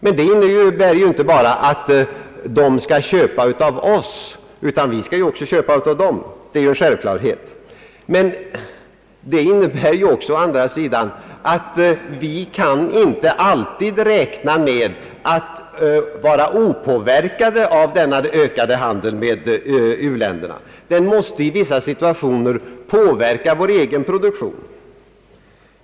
Detta innebär emellertid inte bara att de skall köpa av oss utan självfallet även att vi skall köpa av dem. Men vi kan å andra sidan inte alltid räkna med att förbli opåverkade av denna ökade handel med u-länderna. Denna måste i vissa situationer påverka vår egen produktion.